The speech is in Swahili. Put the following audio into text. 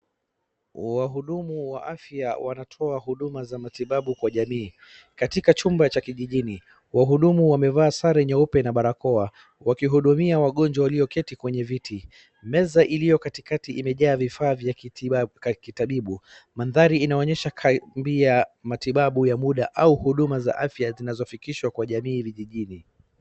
Wahudumu wa afya wanatoa huduma za matibabu kwa jamii. Katika chumba cha kijijini wahudumu wamevaa sare nyeupe na barakoa wakihudumia wagonjwa walioketi kwenye viti. Meza iliyo katikati imejaa vifaa za kitabibu. Mandhali inaonyesha matibabu ya muda au huduma za afya zinazofikishwa kwa jamii vijijini.